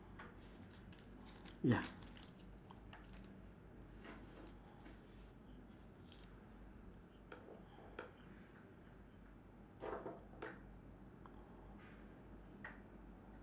ya